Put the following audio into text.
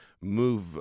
move